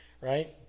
Right